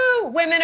women